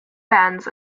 bans